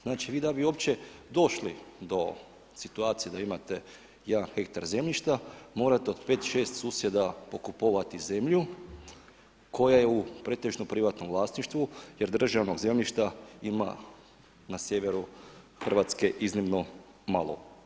Znači, vi da bi uopće došli do situacije da imate jedan hektar zemljišta morate od pet, šest susjeda pokupovati zemlju koja je pretežno u privatnom vlasništvu jer državnog zemljišta ima na sjeveru Hrvatske iznimno malo.